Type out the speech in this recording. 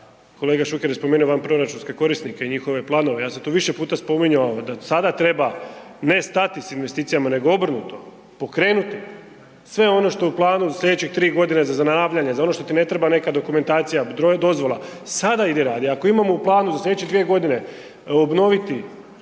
kolega Šuker je spomenuo vanproračunske korisnike i njihove planove, ja sam to više puta spominjao da sada treba ne stati sa investicijama nego obrnuto, pokrenuti sve ono što je u planu sljedeće tri godine za zanavljanje, za ono što ti ne treba neka dokumentacija, dozvola sada idi radi. Ako imamo u planu za sljedeće dvije godine obnoviti,